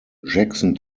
jackson